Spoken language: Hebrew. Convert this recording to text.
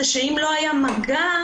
שאם לא היה מגע,